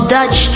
Dutch